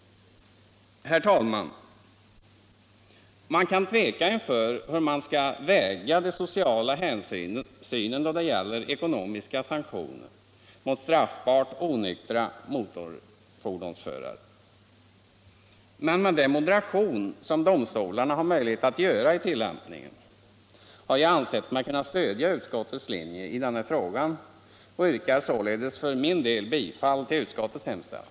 Herr talman! Man kan tveka inför hur man skall väga de sociala hänsynen, då det gäller ekonomiska sanktioner, mot straffbart onyktra motorfordonsförare. Men med den moderation som domstolarna har möjlighet göra vid tillämpningen har jag ansett mig kunna stödja utskottets linje i den här frågan och yrkar således för min del bifall till utskottets hemställan.